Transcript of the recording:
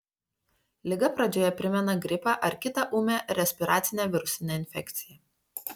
liga pradžioje primena gripą ar kitą ūmią respiracinę virusinę infekciją